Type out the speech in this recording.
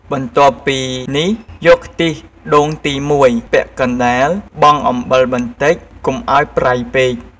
បន្ទាប់ពីនេះយកខ្ទិះដូងទី១ ពាក់កណ្ដាលបង់អំបិលបន្តិច កុំឲ្យប្រៃពេក។